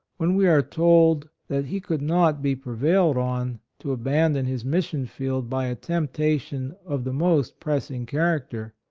when we are told, that he could not be prevailed on to abandon his mission-field by a temptation of the most pressing character,